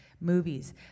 movies